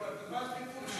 מה הדחיפות?